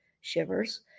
Shivers